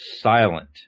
silent